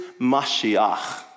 Mashiach